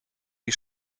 die